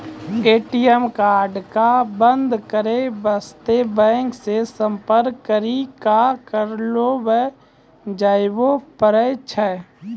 ATM card क बन्द करै बास्ते बैंक से सम्पर्क करी क करबैलो जाबै पारै छै